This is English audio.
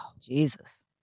jesus